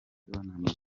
wananiwe